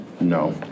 No